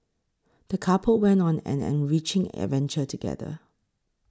the couple went on an enriching adventure together